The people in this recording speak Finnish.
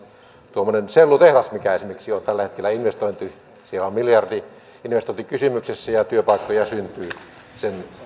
tuommoinen sellutehdas mikä esimerkiksi jo tällä hetkellä on siellä on miljardi investointi kysymyksessä niin työpaikkoja syntyy sen